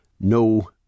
no